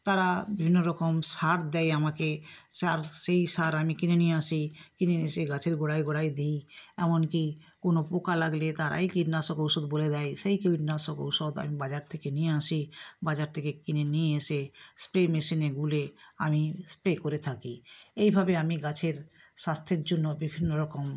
তারা বিভিন্ন রকম সার দেয় আমাকে সার সেই সার আমি কিনে নিয়ে আসি কিনে নিয়ে এসে গাছের গোড়ায় গোড়ায় দিই এমন কী কোনো পোকা লাগলে তারাই কীটনাশক ওষুধ বলে দেয় সেই কীটনাশক ঔষধ আমি বাজার থেকে নিয়ে আসি বাজার থেকে কিনে নিয়ে এসে স্প্রে মেশিনে গুলে আমি স্প্রে করে থাকি এইভাবে আমি গাছের স্বাস্থ্যের জন্য বিভিন্ন রকম